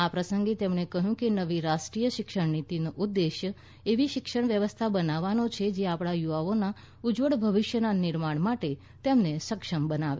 આ પ્રસંગે તેમણે કહ્યું કે નવી રાષ્ટ્રીય શિક્ષણનીતિનો ઉદ્દેશ એવી શિક્ષણ વ્યવસ્થા બનાવવાનો છે જે આપણા યુવાઓના ઉજ્જવળ ભવિષ્યના નિર્માણ માટે તેમને સક્ષમ બનાવે